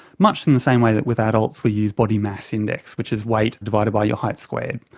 much in the same way that with adults we use body mass index, which is weight divided by your height squared.